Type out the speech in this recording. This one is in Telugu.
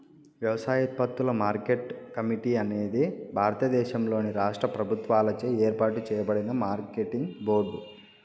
వ్యవసాయోత్పత్తుల మార్కెట్ కమిటీ అనేది భారతదేశంలోని రాష్ట్ర ప్రభుత్వాలచే ఏర్పాటు చేయబడిన మార్కెటింగ్ బోర్డు